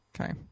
Okay